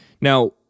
Now